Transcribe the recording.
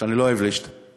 שאני לא אוהב להשתמש בה.